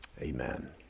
Amen